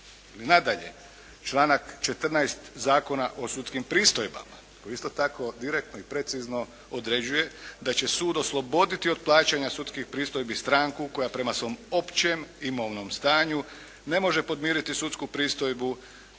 Nadalje, članak 14. Zakona o sudskim pristojbama koji isto tako direktno i precizno određuje da će sud osloboditi od plaćanja sudskih pristojbi stranku koja prema svom općem imovinom stanju ne može podmiriti sudsku pristojbu